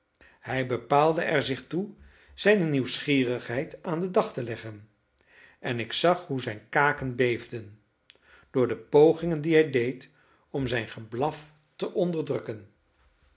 hij bepaalde er zich toe zijne nieuwsgierigheid aan den dag te leggen en ik zag hoe zijn kaken beefden door de pogingen die hij deed om zijn geblaf te onderdrukken